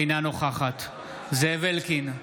אינה נוכחת זאב אלקין,